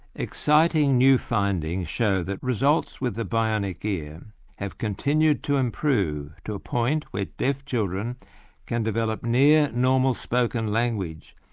exciting new findings show that results with the bionic ear have continued to improve to a point where deaf children can develop near normal spoken language,